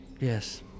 Yes